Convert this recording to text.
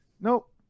nope